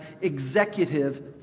executive